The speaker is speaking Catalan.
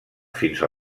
fins